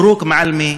(אומר בערבית: